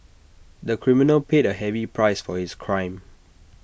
the criminal paid A heavy price for his crime